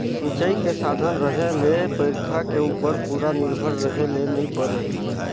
सिंचई के साधन रहें ले बइरखा के उप्पर पूरा निरभर रहे ले नई परे